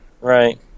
right